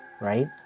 right